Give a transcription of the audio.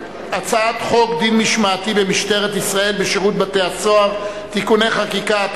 להצעת חוק דין משמעתי במשטרת ישראל ובשירות בתי-הסוהר (תיקוני חקיקה),